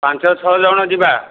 ପାଞ୍ଚ ଛଅ ଜଣ ଯିବା